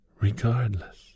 regardless